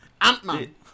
Ant-Man